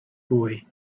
boy